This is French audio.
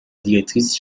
directrice